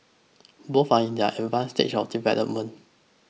both are in their advanced stage of development